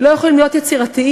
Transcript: לא יכולים להיות יצירתיים,